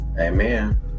Amen